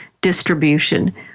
distribution